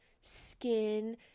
skin